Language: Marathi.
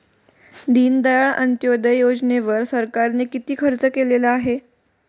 दीनदयाळ अंत्योदय योजनेवर सरकारने किती खर्च केलेला आहे?